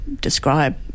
describe